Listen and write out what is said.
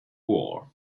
war